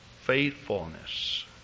faithfulness